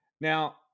Now